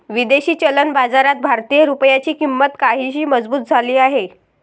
विदेशी चलन बाजारात भारतीय रुपयाची किंमत काहीशी मजबूत झाली आहे